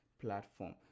platform